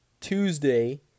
Tuesday